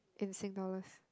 in Sing dollars